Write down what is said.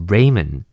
Raymond